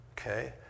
Okay